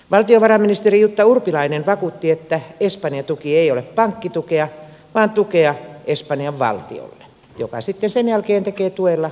valtiovarainministeri jutta urpilainen vakuutti että espanja tuki ei ole pankkitukea vaan tukea espanjan valtiolle joka sitten sen jälkeen tekee tuella mitä tekee